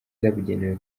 zabugenewe